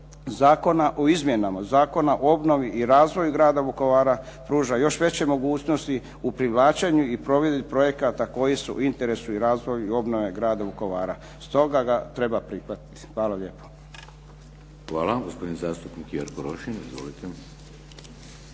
zakona o izmjenama Zakona o obnovi i razvoju grada Vukovara pruža još veće mogućnosti u privlačenju i provedbi projekata koji su u interesu i razvoju i obnove grada Vukovara. Stoga ga treba prihvatiti. Hvala lijepo. **Šeks, Vladimir (HDZ)** Hvala. Gospodin zastupnik Jerko Rošin, izvolite.